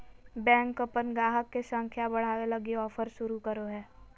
bank अपन गाहक के संख्या बढ़ावे लगी ऑफर शुरू करो हय